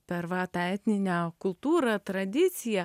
per va tą etninę kultūrą tradiciją